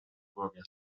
głowie